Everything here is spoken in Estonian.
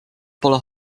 pole